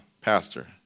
pastor